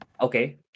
Okay